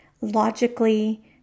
logically